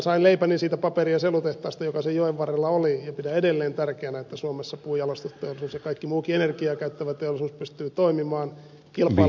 sain leipäni siitä paperi ja sellutehtaasta joka sen joen varrella oli ja pidän edelleen tärkeänä että suomessa puunjalostusteollisuus ja kaikki muukin energiaa käyttävä teollisuus pystyy toimimaan kilpailukykyisestikin